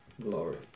glory